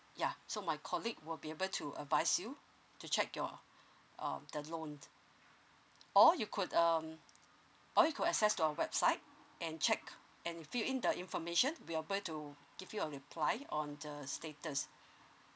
ya so my colleague will be able to advise you to check your um the loans or you could um or you could access to our website and check and fill in the information to be able to give you a reply on the status